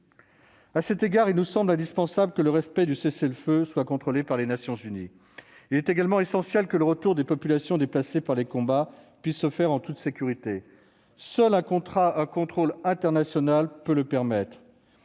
À cet égard, il nous semble indispensable que le respect du cessez-le-feu soit contrôlé par les Nations unies. Il est également essentiel que le retour des populations déplacées par les combats puisse se faire en toute sécurité. Seul un contrôle international peut le permettre.